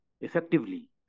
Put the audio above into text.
effectively